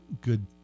good